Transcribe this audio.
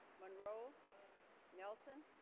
monroe nelson